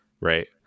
right